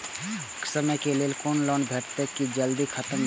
कम समय के लीये कोनो लोन भेटतै की जे जल्दी खत्म भे जे?